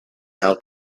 how